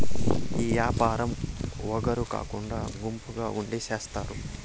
ఈ యాపారం ఒగరు కాకుండా గుంపుగా ఉండి చేత్తారు